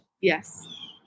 Yes